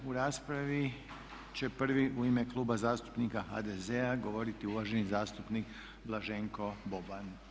U raspravi će prvi u ime Kluba zastupnika HDZ-a dobiti uvaženi zastupnik Blaženko Boban.